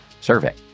survey